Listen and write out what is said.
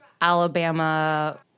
Alabama